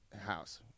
house